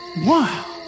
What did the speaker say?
Wow